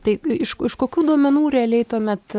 taigi iš iš kokių duomenų realiai tuomet